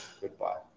goodbye